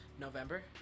November